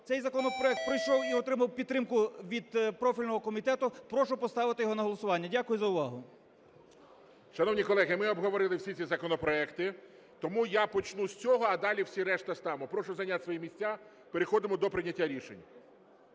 цей законопроект пройшов і отримав підтримку від профільного комітету. Прошу поставити його на голосування. Дякую за увагу. ГОЛОВУЮЧИЙ. Шановні колеги, ми обговорили всі ці законопроекти. Тому я почну з цього, а далі всі решта ставимо. Прошу зайняти свої місця, переходимо до прийняття рішень.